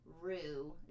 rue